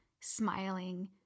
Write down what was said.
smiling